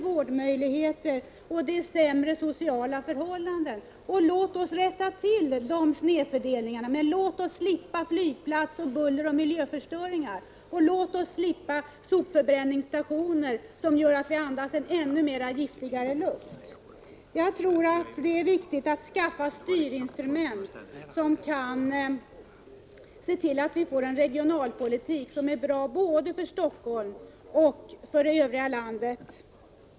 Vårdmöjligheterna och de sociala förhållandena är också sämre. Låt oss rätta till snedfördelningen. Men låt oss slippa flygplats, buller och miljöförstöring. Låt oss slippa sopförbränningsstationer som gör att den luft vi andas blir ännu giftigare. Jag tror att det är viktigt att skaffa styrinstrument som ger oss en regionalpolitik som är bra både för Stockholm och för övriga landet.